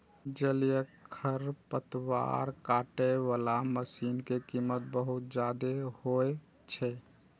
जलीय खरपतवार काटै बला मशीन के कीमत बहुत जादे होइ छै